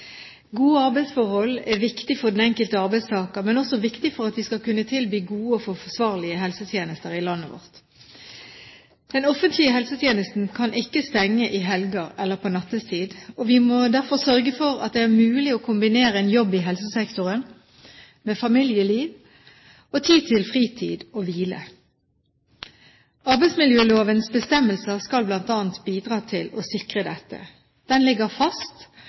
Gode arbeidsforhold er viktig for den enkelte arbeidstaker, men også viktig for at vi skal kunne tilby gode og forsvarlige helsetjenester i landet vårt. Den offentlige helsetjenesten kan ikke stenge i helger eller på nattetid. Vi må derfor sørge for at det er mulig å kombinere en jobb i helsesektoren med familieliv og tid til fritid og hvile. Arbeidsmiljølovens bestemmelser skal bl.a. bidra til å sikre dette. Den ligger fast,